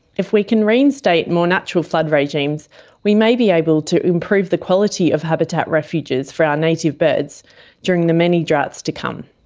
if we can reinstate more natural flood regimes we may be able to improve the quality of habitat refuges for our native birds during the many droughts to come.